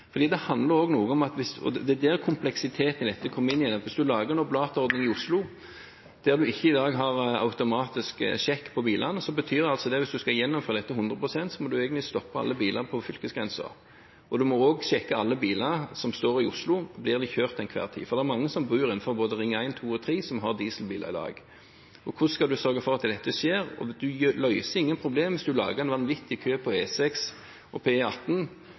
Det er der kompleksiteten i dette kommer inn. Hvis man lager en oblatordning i Oslo i dag der en ikke har automatisk sjekk av bilene, betyr det at hvis en skal gjennomføre dette 100 pst., så må en egentlig stoppe alle bilene på fylkesgrensen. En må også sjekke alle biler som står i Oslo – blir det kjørt til enhver tid? Det er mange av dem som bor innenfor Ring 1, Ring 2 eller Ring 3, som har dieselbiler i dag. Hvordan skal en sørge for at dette skjer? En løser ingen problem hvis en lager en vanvittig kø på E6 og